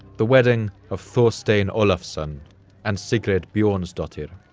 the wedding of thorstein olafsson and sigrid bjornsdottir.